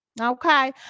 okay